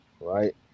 Right